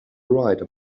right